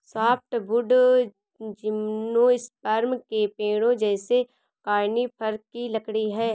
softwood gymnosperm के पेड़ों जैसे कॉनिफ़र की लकड़ी है